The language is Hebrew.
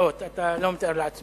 מאות, אתה לא מתאר לעצמך.